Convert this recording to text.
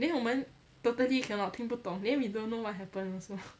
then 我们 totally cannot 听不懂 then we don't know what happen also